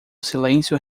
silêncio